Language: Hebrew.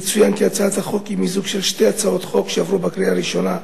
יצוין כי הצעת החוק היא מיזוג של שתי הצעות חוק שעברו בקריאה הראשונה: